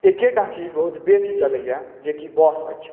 एकेटा चीज बहुत बेसी चलैया जेकि बस अछि